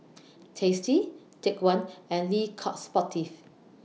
tasty Take one and Le Coq Sportif